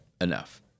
enough